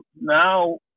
now